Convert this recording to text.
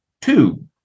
two